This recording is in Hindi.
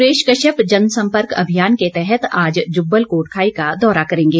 सुरेश कश्यप जन संपर्क अभियान के तहत आज जुब्बल कोटखाई का दौरा करेंगे